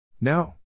No